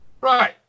Right